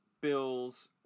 Bills